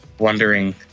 wondering